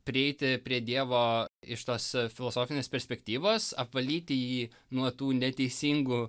prieiti prie dievo iš tos e filosofinės perspektyvos apvalyti jį nuo tų neteisingų